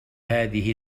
هذه